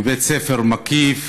מבית ספר מקיף